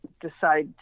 decide